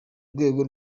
rwego